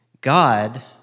God